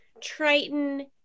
Triton